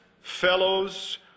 fellows